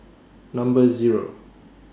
Number Zero